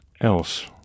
else